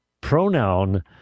pronoun